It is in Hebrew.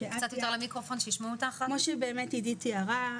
כפי שעידית תיארה,